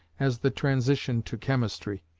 as the transition to chemistry.